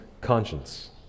conscience